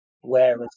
whereas